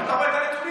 ואתה רואה את הנתונים,